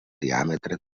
diàmetre